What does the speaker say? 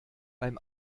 beim